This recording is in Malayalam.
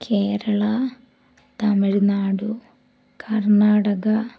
കേരള തമിഴ്നാടു കർണാടക